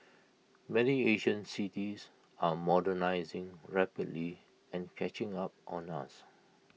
many Asian cities are modernising rapidly and catching up on us